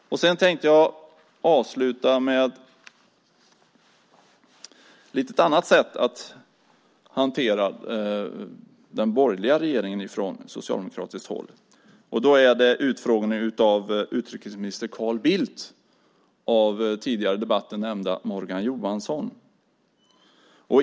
Jag ska avsluta med ett exempel på ett annat sätt att hantera detta från socialdemokratiskt håll när det gäller den borgerliga regeringen. Det är från utfrågningen av utrikesminister Carl Bildt av den tidigare i debatten nämnde Morgan Johansson.